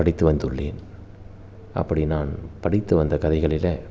படித்து வந்துள்ளேன் அப்படி நான் படித்து வந்த கதைகளிலே